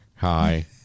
hi